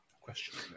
question